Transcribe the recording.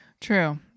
True